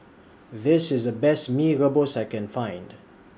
This IS The Best Mee Rebus that I Can Find